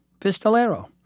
Pistolero